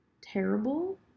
terrible